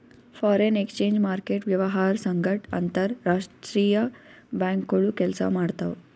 foreign exchange market ವ್ಯವಹಾರ್ ಸಂಗಟ್ ಅಂತರ್ ರಾಷ್ತ್ರೀಯ ಬ್ಯಾಂಕ್ಗೋಳು ಕೆಲ್ಸ ಮಾಡ್ತಾವ್